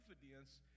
confidence